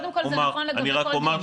קודם כל זה נכון לגבי כל דיון.